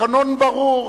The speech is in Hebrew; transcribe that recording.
התקנון ברור,